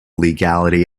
legality